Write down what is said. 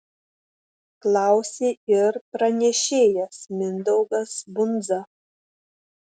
klausė ir pranešėjas mindaugas bundza